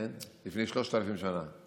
לפני שלושת אלפים שנה,